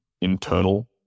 internal